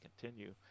continue